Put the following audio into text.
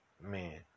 man